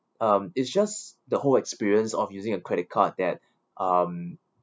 um it's just the whole experience of using a credit card that um